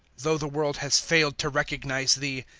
though the world has failed to recognize thee,